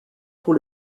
pour